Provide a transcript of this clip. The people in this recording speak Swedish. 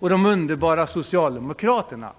Och de underbara Socialdemokraterna!